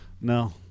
No